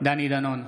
דני דנון,